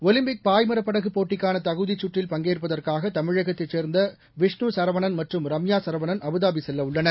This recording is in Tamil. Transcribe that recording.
ஒலிம்பிக் பாய்மரப் படகுப் போட்டிக்கான தகுதிச் கற்றில் பங்கேற்பதற்காக தமிழகத்தைச் சே்ந்த விஷ்ணு சரவணன் மற்றும் ரம்யா சரவணன் அபுதாபி செல்லவுள்ளனர்